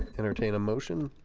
entertain a motion